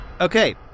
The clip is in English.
Okay